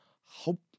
Hope